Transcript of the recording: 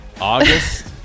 August